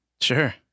sure